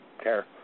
care